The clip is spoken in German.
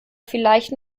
vielleicht